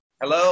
Hello